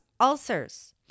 ulcers